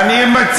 אני,